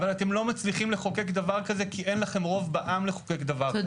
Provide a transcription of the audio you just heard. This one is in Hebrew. אבל אתם לא מצליחים לחוקק דבר כזה כי אין לכם רוב בעם לחוקק דבר כזה,